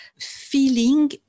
feeling